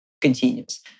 continues